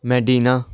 medina